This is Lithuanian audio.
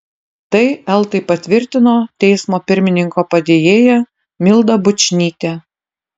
tai eltai patvirtino teismo pirmininko padėjėja milda bučnytė